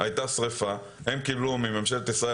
שם הייתה שריפה והם קיבלו ממשלת ישראל